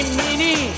mini